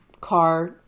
car